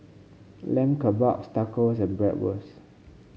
Lamb Kebabs Tacos and Bratwurst